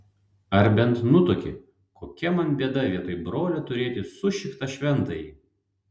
ar bent nutuoki kokia man bėda vietoj brolio turėti sušiktą šventąjį